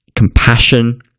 compassion